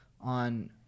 on